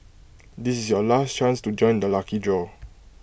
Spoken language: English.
this is your last chance to join the lucky draw